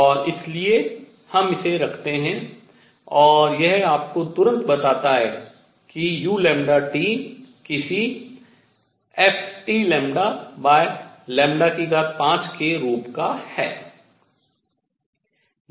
और इसलिए हम इसे रखतें हैं और यह आपको तुरंत बताता है कि u किसी fT5 के रूप का है